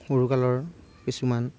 সৰু কালৰ কিছুমান